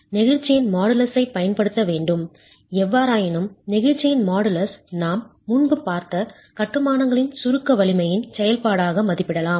நெகிழ்ச்சியின் மாடுலஸைப் பயன்படுத்த வேண்டும் எவ்வாறாயினும் நெகிழ்ச்சியின் மாடுலஸ் நாம் முன்பு பார்த்த கட்டுமானங்களின் சுருக்க வலிமையின் செயல்பாடாக மதிப்பிடலாம்